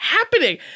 happening